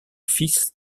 fils